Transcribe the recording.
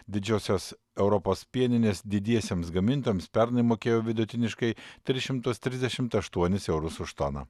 didžiosios europos pieninės didiesiems gamintojams pernai mokėjo vidutiniškai tris šimtus trisdešimt aštuonis eurus už toną